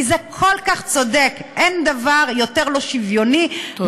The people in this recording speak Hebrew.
כי זה כל כך צודק, אין דבר יותר לא שוויוני, תודה.